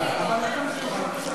42 תומכים,